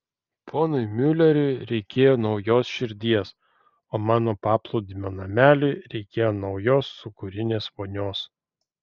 ponui miuleriui reikėjo naujos širdies o mano paplūdimio nameliui reikėjo naujos sūkurinės vonios